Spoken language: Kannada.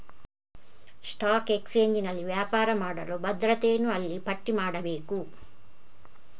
ಸ್ಟಾಕ್ ಎಕ್ಸ್ಚೇಂಜಿನಲ್ಲಿ ವ್ಯಾಪಾರ ಮಾಡಲು ಭದ್ರತೆಯನ್ನು ಅಲ್ಲಿ ಪಟ್ಟಿ ಮಾಡಬೇಕು